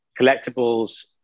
collectibles